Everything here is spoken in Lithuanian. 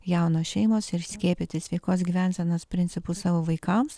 jaunos šeimos ir skiepyti sveikos gyvensenos principus savo vaikams